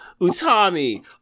Utami